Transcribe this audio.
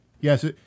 Yes